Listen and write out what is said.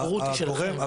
הבורות היא שלכם, לא שלי.